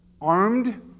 armed